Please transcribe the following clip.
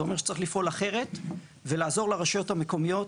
זה אומר שצריך לפעול אחרת ולעזור לרשויות המקומיות,